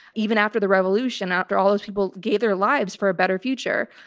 even after the revolution, after all those people gave their lives for a better future,